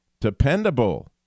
Dependable